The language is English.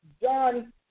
John